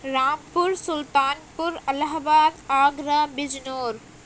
رام پور Sultanpur Allahabad Agra Bijnor